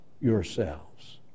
yourselves